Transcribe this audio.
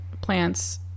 plants